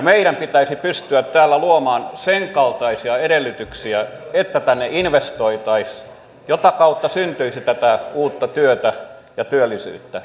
meidän pitäisi pystyä täällä luomaan sen kaltaisia edellytyksiä että tänne investoitaisiin jota kautta syntyisi tätä uutta työtä ja työllisyyttä